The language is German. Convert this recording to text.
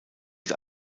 sie